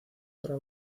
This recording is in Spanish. para